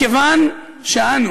מכיוון שאנו